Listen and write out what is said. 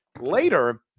later